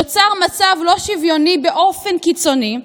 נוצר מצב לא שוויוני באופן קיצוני,